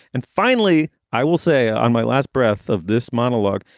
and finally, i will say on my last breath of this monologue,